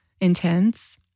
intense